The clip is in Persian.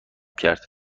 کرد